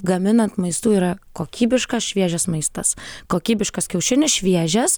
gaminant maistų yra kokybiškas šviežias maistas kokybiškas kiaušinis šviežias